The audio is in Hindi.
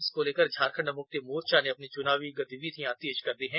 इसको लेकर झारखण्ड मुक्ति मोर्चा ने अपनी चुनावी गतिविधियां तेज कर दी हैं